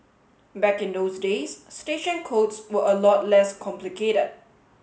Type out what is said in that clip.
back in those days station codes were a lot less complicated